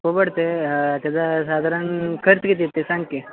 हो पडतं आहे त्याचा साधारण खर्च किती ते सांग की